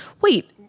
Wait